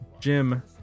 jim